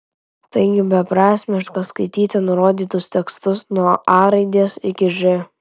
taigi beprasmiška skaityti nurodytus tekstus nuo a raidės iki ž